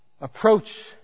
approach